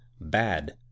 bad